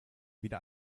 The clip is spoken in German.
wieder